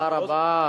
תודה רבה.